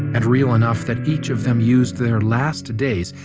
and real enough that each of them used their last days,